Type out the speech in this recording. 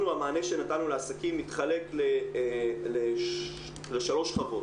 אנחנו, המענה שנתנו לעסקים, מתחלק לשלוש שכבות.